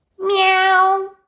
Meow